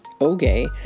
okay